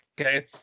okay